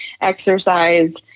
exercise